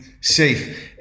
safe